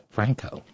Franco